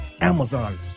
Amazon